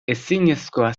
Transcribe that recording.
ezinezkoa